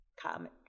comic